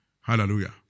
Hallelujah